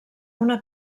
una